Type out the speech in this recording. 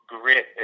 Grit